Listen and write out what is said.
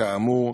כאמור,